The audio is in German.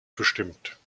bestimmt